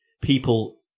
people